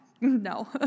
No